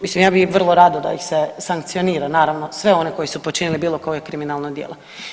Mislim ja bih vrlo rado da ih se sankcionira naravno sve one koji su počinili bilo koje kriminalno djelo.